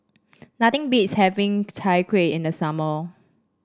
nothing beats having Chai Kuih in the summer